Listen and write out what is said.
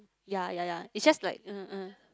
ya ya ya it's just like